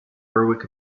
berwick